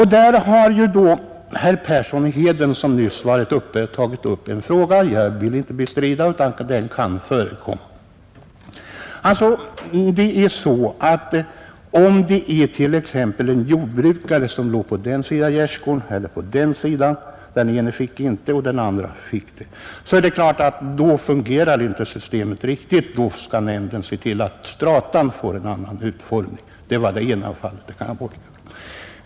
Herr Persson i Heden talade nyss om två fall — och jag vill inte bestrida att sådana kan förekomma: en jordbrukare på den ena sidan om gärdsgården fick inte någon ersättning medan en jordbrukare på den andra sidan fick det. Det är klart att då fungerar inte systemet riktigt, och då skall nämnden se till att strata får en annan utformning. Det var det ena fallet.